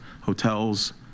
hotels